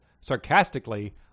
sarcastically